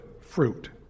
fruit